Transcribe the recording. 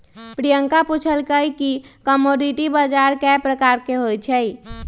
प्रियंका पूछलई कि कमोडीटी बजार कै परकार के होई छई?